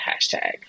hashtag